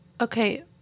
Okay